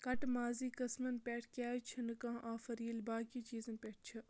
کٹہٕ مازٕکۍ قٕسممَن پٮ۪ٹھ کیٛازِ چھنہٕ کانٛہہ آفر ییٚلہِ باقٕے چیٖزن پٮ۪ٹھ چھِ